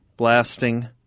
blasting